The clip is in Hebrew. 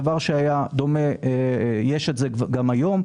דבר שיש גם היום.